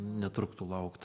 netruktų laukt